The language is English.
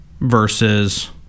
versus